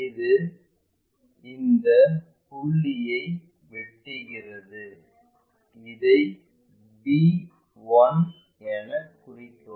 இது இந்த புள்ளியை வெட்டுகிறது இதை b1 என குறிக்கவும்